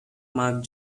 mark